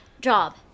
Job